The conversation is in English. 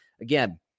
again